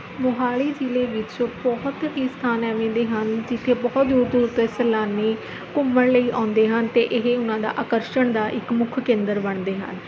ਮੋਹਾਲੀ ਜ਼ਿਲ੍ਹੇ ਵਿੱਚ ਬਹੁਤ ਹੀ ਸਥਾਨ ਐਵੇਂ ਦੇ ਹਨ ਜਿੱਥੇ ਬਹੁਤ ਦੂਰ ਦੂਰ ਤੋਂ ਸੈਲਾਨੀ ਘੁੰਮਣ ਲਈ ਆਉਂਦੇ ਹਨ ਅਤੇ ਇਹ ਉਹਨਾਂ ਦਾ ਆਕਰਸ਼ਣ ਦਾ ਇੱਕ ਮੁੱਖ ਕੇਂਦਰ ਬਣਦੇ ਹਨ